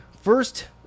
first